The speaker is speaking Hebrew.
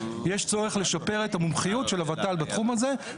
יש צורך לשפר את המומחיות של הות"ל בתחום הזה.